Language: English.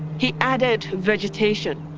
he added vegetation.